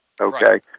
okay